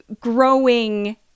growing